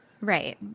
Right